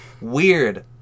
Weird